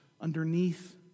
underneath